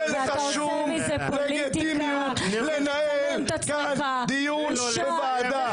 אין לך שום לגיטימיות לנהל כאן דיון בוועדה.